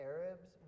Arabs